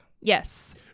Yes